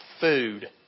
food